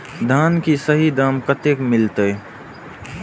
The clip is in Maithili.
धान की सही दाम कते मिलते?